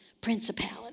principality